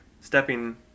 stepping